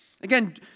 Again